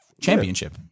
championship